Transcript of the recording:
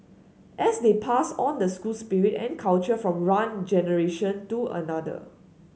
and they pass on the school spirit and culture from one generation to another